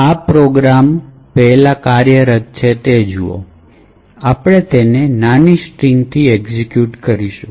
આ પ્રોગ્રામ પહેલા કાર્યરત છે તે જુઓ આપણે તેને ટૂંકી સ્ટ્રિંગથી એક્ઝિક્યુટ કરીશું